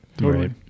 Right